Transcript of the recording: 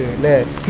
lead